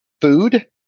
food